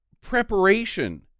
preparation